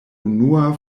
unua